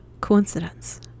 coincidence